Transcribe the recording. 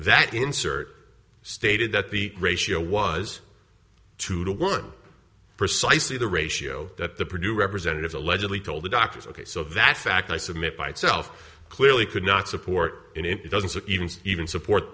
that insert stated that the ratio was two to one precisely the ratio that the producer representatives allegedly told the doctors ok so that fact i submit by itself clearly could not support in dozens or even even support